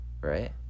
right